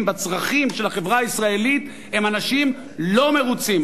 בצרכים של החברה הישראלית הם אנשים לא מרוצים,